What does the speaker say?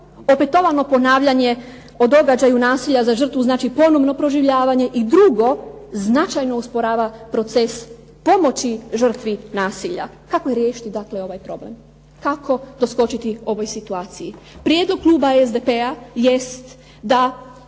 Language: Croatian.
opetovano ponavljanje o događaju nasilja za žrtvu znači ponovno proživljavanje i drugo značajno usporava proces pomoći žrtvi nasilja. Kako riješiti dakle ovaj problem, kako doskočiti ovoj situaciji? Prijedlog Kluba SDP-a jest da